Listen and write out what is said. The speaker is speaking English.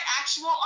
actual